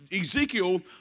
Ezekiel